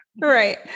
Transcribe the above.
Right